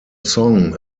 song